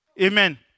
Amen